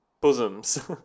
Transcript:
Bosoms